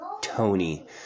Tony